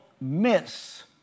miss